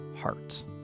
Heart